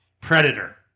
Predator